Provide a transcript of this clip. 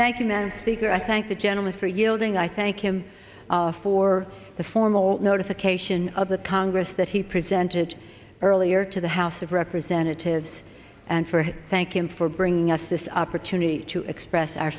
madam speaker i thank the gentleman for yielding i thank him for the formal notification of the congress that he presented earlier to the house of representatives and for thank him for bringing us this opportunity to express our